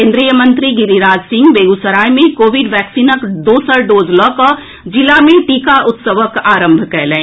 केन्द्रीय मंत्री गिरिराज सिंह बेगूसराय मे कोविड वैक्सीनक दोसर डोज लऽ कऽ जिला मे टीका उत्सवक आरंभ कयलनि